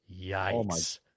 Yikes